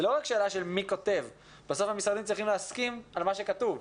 זה לא רק שאלה של מי כותב אלא בסוף המשרדים צריכים להסכים על מה שכתוב.